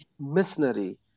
missionary